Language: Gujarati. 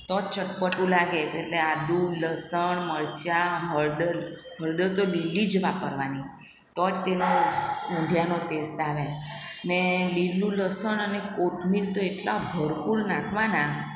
તો જ ચટપટું લાગે એટલે આદું લસણ મરચાં હળદર હળદર તો લીલી જ વાપરવાની તો જ તેનો ઊંધિયાનો ટેસ્ટ આવે ને લીલી લસણ અને કોથમીર તો એટલા ભરપૂર નાખવાના